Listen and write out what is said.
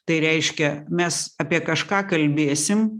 tai reiškia mes apie kažką kalbėsim